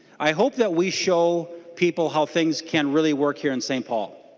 i hope that we show people how things can really work here in st. paul.